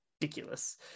ridiculous